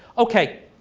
okay,